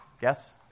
Yes